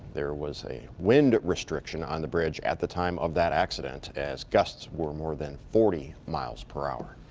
there was a wind restriction on the bridge at the time of that accident as gusts were more than forty miles per hour.